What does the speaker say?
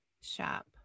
shop